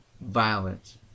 violence